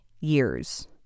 years